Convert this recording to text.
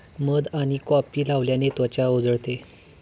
मध आणि कॉफी लावल्याने त्वचा उजळते